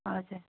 हजुर